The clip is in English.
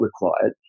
required